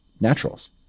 naturals